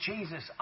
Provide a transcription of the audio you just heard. Jesus